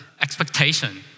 expectation